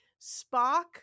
spock